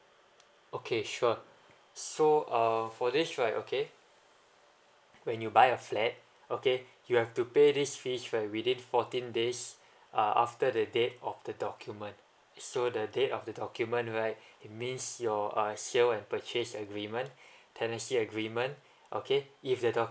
okay sure so um for this right okay when you buy a flat okay you have to pay this fees within fourteen days uh after the date of the document so the date of the document right it means your uh sale and purchase agreement tenancy agreement okay if the document